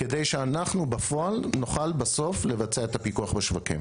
כדי שאנחנו בפועל נוכל לבצע את הפיקוח בשווקים.